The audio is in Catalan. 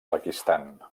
pakistan